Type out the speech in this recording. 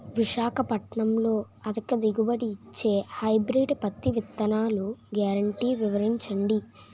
విశాఖపట్నంలో అధిక దిగుబడి ఇచ్చే హైబ్రిడ్ పత్తి విత్తనాలు గ్యారంటీ వివరించండి?